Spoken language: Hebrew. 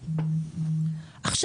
ארבל, מעכשיו אתה מתאפק.